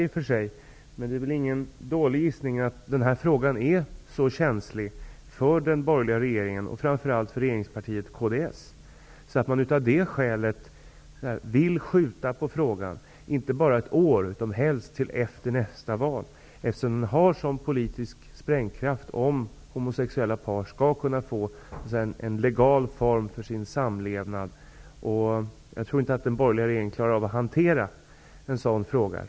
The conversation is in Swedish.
Men det är väl ingen dålig gissning att denna fråga är så känslig för den borgerliga regeringen, och framför allt för regeringspartiet kds, att man av det skälet vill skjuta på frågan, inte bara ett år utan helst till efter nästa val, eftersom frågan om homosexuella par skall kunna få en legal form för sin samlevnad har en sådan politisk sprängkraft. Jag tror inte att den borgerliga regeringen klarar av att hantera en sådan fråga.